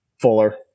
Fuller